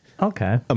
okay